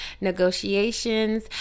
Negotiations